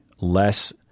less